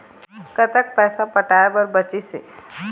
कतक पैसा पटाए बर बचीस हे?